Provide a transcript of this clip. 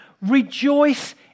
rejoice